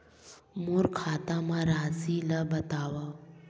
मोर खाता म राशि ल बताओ?